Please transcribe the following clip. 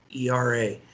ERA